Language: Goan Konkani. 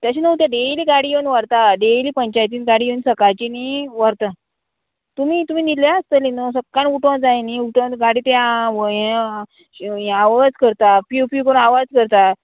तशें न्हू तें डेली गाडी येवन व्हरता डेयली पंचायतीन गाडी येवन सकाळची न्ही व्हरता तुमी तुमी न्हिदल्या आसतली न्हू सकाळी उठो जाय न्ही उठोवन गाडी ते हां व्हय आं आवाज करता फूंव फूंव करून आवाज करता